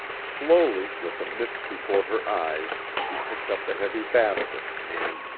slowly, with a mist before her eyes she picked up the heavy basket, and,